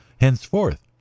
henceforth